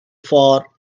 for